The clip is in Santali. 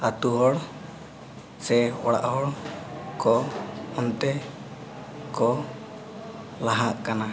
ᱟᱹᱛᱩ ᱦᱚᱲ ᱥᱮ ᱚᱲᱟᱜ ᱦᱚᱲ ᱚᱱᱛᱮ ᱠᱚ ᱞᱟᱦᱟᱜ ᱠᱟᱱᱟ